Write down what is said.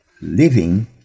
living